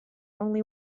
only